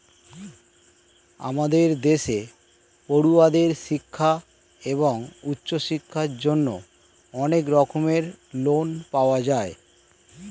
আমাদের দেশে পড়ুয়াদের শিক্ষা এবং উচ্চশিক্ষার জন্য অনেক রকমের লোন পাওয়া যায়